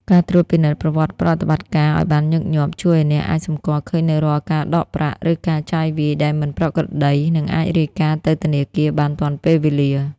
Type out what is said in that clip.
ការត្រួតពិនិត្យប្រវត្តិប្រតិបត្តិការ ឱ្យបានញឹកញាប់ ជួយឱ្យអ្នកអាចសម្គាល់ឃើញនូវរាល់ការដកប្រាក់ ឬការចាយវាយដែលមិនប្រក្រតី និងអាចរាយការណ៍ទៅធនាគារបានទាន់ពេលវេលា។